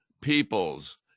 peoples